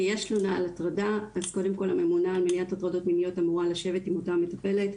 אז קודם כל הממונה על הטרדות מיניות אמורה לשבת עם אותה המטפלת.